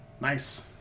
Nice